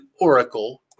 Oracle